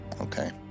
Okay